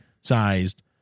sized